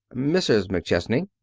mrs. mcchesney.